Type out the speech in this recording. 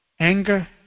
Anger